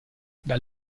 dal